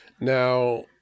Now